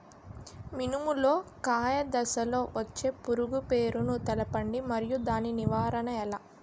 మినుము లో కాయ దశలో వచ్చే పురుగు పేరును తెలపండి? మరియు దాని నివారణ ఎలా?